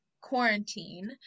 quarantine